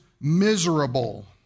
miserable